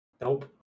nope